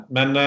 Men